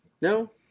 No